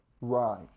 Right